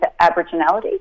Aboriginality